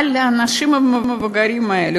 אבל לאנשים המבוגרים האלה,